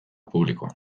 publikoan